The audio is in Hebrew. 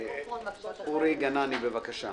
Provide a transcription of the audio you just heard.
אורי גנני, בבקשה.